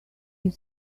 your